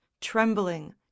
trembling